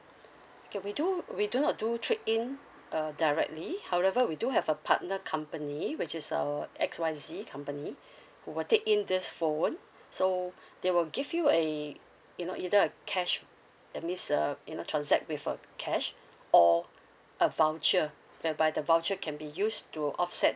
okay we do we do not do trade in uh directly however we do have a partner company which is uh X Y Z company who will take in this phone so they will give you a you know either a cash that means a you know transact with uh cash or a voucher whereby the voucher can be used to offset